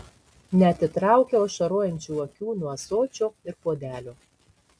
neatitraukiau ašarojančių akių nuo ąsočio ir puodelio